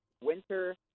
winter